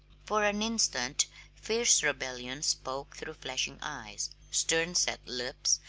for an instant fierce rebellion spoke through flashing eyes, stern-set lips,